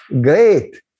great